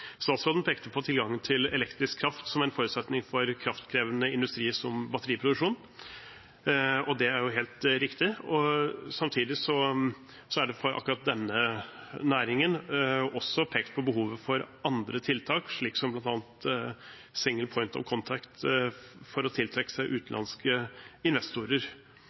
Statsråden pekte på tilgangen til elektrisk kraft som en forutsetning for kraftkrevende industri, slik som batteriproduksjon, og det er helt riktig. Samtidig er det for akkurat denne næringen også pekt på behovet for andre tiltak, slik som bl.a. «single point of contact», for å tiltrekke seg utenlandske investorer.